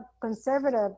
conservative